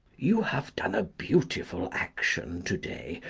you have done a beautiful action to-day,